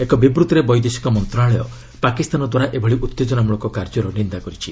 ଏକ ବିବୃତ୍ତିରେ ବୈଦେଶିକ ମନ୍ତ୍ରଣାଳୟ ପାକିସ୍ତାନ ଦ୍ୱାରା ଏଭଳି ଉତ୍ତେଜନାମୂଳକ କାର୍ଯ୍ୟର ନିନ୍ଦା କରିଛି